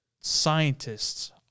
Scientists